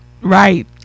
Right